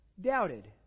doubted